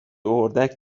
اردک